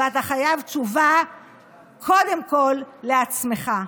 ואתה חייב תשובה קודם כול לעצמך.